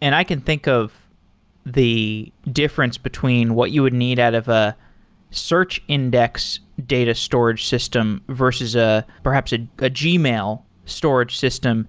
and i can think of the difference between what you would need out of a search index data storage system versus ah perhaps ah ah a gmail storage system